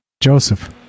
Joseph